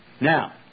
Now